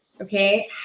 Okay